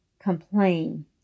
complain